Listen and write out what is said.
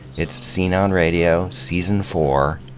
it's scene on radio season four,